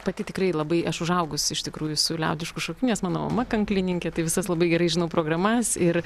pati tikrai labai aš užaugus iš tikrųjų su liaudišku šokiu nes mano mama kanklininkė tai visas labai gerai žinau programas ir